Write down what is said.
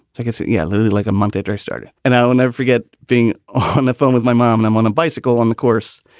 i guess. yeah, literally like a month after i started. and i will never forget being on the phone with my mom when i'm on a bicycle on the course.